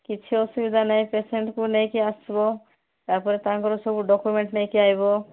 କିଛି ଅସୁବିଧା ନାଇଁ ପେସେଣ୍ଟ୍କୁ ନେଇକି ଆସିବ ତାପରେ ତାଙ୍କର ସବୁ ଡକୁମେଣ୍ଟ୍ ନେଇକି ଆସିବ